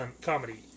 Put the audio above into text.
comedy